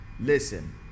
listen